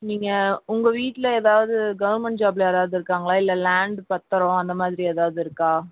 நீங்கள் உங்கள் வீட்டில் ஏதாவது கவுர்ன்மெண்ட் ஜாபில் யாராவது இருக்காங்களா இல்லை லேண்ட் பத்தரம் அந்த மாதிரி ஏதாவது இருக்கா